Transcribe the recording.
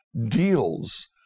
deals